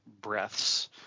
breaths